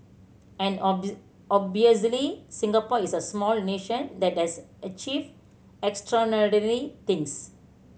and obviously Singapore is a small nation that has achieved extraordinary things